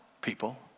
people